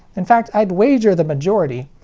in fact i'd wager the majority,